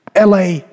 LA